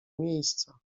miejsca